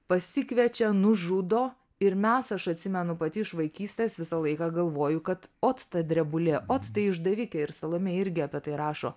pasikviečia nužudo ir mes aš atsimenu pati iš vaikystės visą laiką galvoju kad ot ta drebulė ot tai išdavikė ir salomėja irgi apie tai rašo